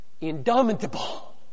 indomitable